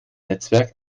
netzwerk